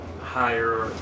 higher